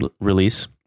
release